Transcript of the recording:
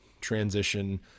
transition